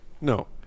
No